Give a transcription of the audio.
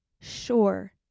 sure